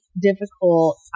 difficult